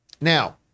Now